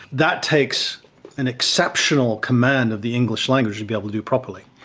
that takes an exceptional command of the english language to be able to do properly.